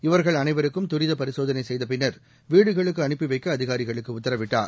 இவர்கள் அனைவருக்கும் தூித பரிசோதனை செய்த பின்னர் வீடுகளுக்கு அனுப்பி வைக்க அதிகாரிகளுக்கு உத்தரவிட்டார்